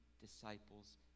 disciples